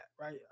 right